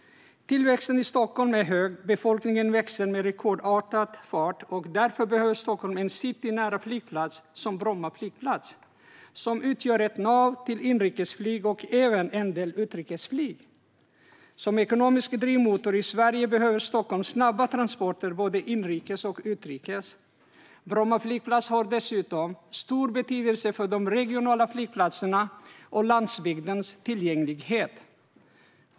Tillväxten i Stockholm är hög. Befolkningen växer med rekordfart. Därför behöver Stockholm en citynära flygplats, som Bromma flygplats, som utgör ett nav när det gäller inrikesflyg och även en del utrikesflyg. Som ekonomisk drivmotor i Sverige behöver Stockholm snabba transporter både inrikes och utrikes. Bromma flygplats har dessutom stor betydelse för de regionala flygplatserna och för landsbygdens tillgänglighet.